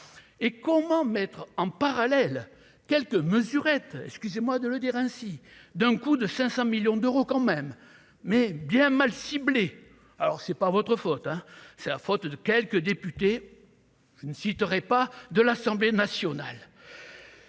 et comment mettre en parallèle quelques mesurettes, excusez-moi de le dire ainsi, d'un coût de 500 millions d'euros quand même mais bien mal ciblées. Alors c'est pas votre faute, hein, c'est la faute de quelques députés je ne citerai pas de l'Assemblée nationale.